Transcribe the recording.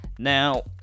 Now